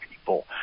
people